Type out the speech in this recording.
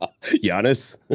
Giannis